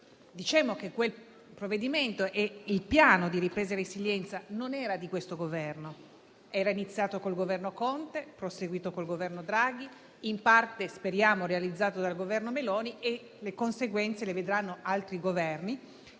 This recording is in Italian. diciamo che il provvedimento e il Piano nazionale di ripresa e resilienza non sono di questo Governo - tutto è iniziato col Governo Conte II, proseguito col Governo Draghi, in parte speriamo organizzato dal Governo Meloni e le conseguenze le vedranno altri Governi